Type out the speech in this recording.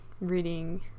reading